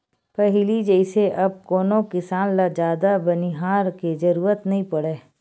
पहिली जइसे अब कोनो किसान ल जादा बनिहार के जरुरत नइ पड़य